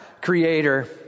creator